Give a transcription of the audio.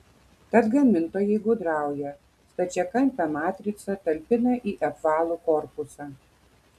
tad gamintojai gudrauja stačiakampę matricą talpina į apvalų korpusą